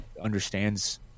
understands